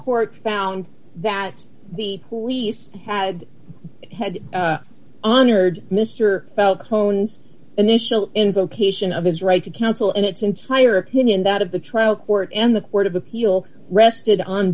court found that the police had had honored mr felt hones initial invocation of his right to counsel and its entire opinion that of the trial court and the court of appeal rested on